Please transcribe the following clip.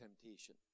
temptation